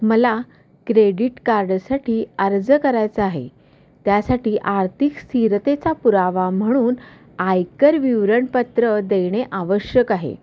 मला क्रेडिट कार्डसाठी अर्ज करायचा आहे त्यासाठी आर्थिक स्थिरतेचा पुरावा म्हणून आयकर विवरणपत्र देणे आवश्यक आहे